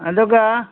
ꯑꯗꯨꯒ